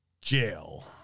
Jail